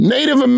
Native